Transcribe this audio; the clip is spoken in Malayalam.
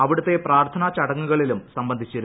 അവിടത്തെ പ്രാർത്ഥനാ ചടങ്ങുകളിലും സംബന്ധിച്ചു